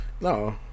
No